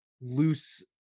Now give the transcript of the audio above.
loose